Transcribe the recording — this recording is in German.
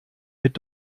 mit